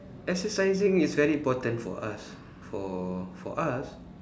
exercising is very important for us for for us